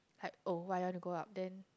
like oh why you want to go up then